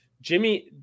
Jimmy